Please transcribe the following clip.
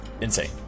insane